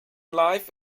life